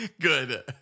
Good